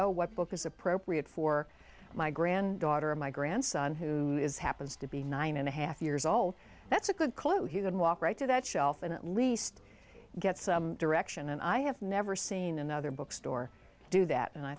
oh what book is appropriate for my granddaughter my grandson who happens to be nine and a half years old that's a good clue he would walk right to that shelf and at least get some direction and i have never seen another bookstore do that and i